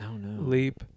leap